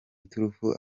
iturufu